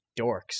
dorks